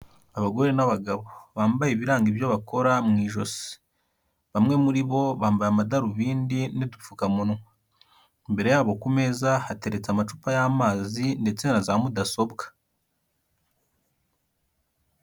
Abagore n'abagabo bambaye ibiranga ibyo bakora mu ijosi. Bamwe muri bo bambaye amadarubindi n'udupfukamunwa. Imbere yabo ku meza hateretse amacupa y'amazi ndetse na za mudasobwa.